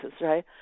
right